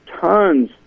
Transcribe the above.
tons